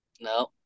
No